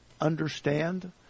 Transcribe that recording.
understand